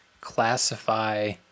classify